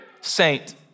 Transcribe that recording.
saint